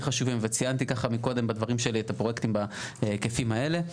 חשובים וציינתי ככה מקודם בדברים שלי את הפרויקטים בהיקפים האלה.